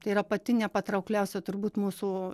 tai yra pati nepatraukliausia turbūt mūsų